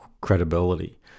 credibility